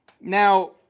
Now